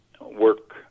work